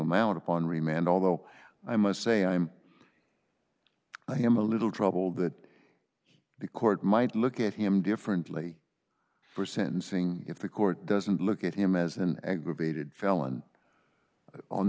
amount upon remand although i must say i'm i am a little troubled that the court might look at him differently for sentencing if the court doesn't look at him as an aggravated felon on